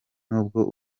nubwo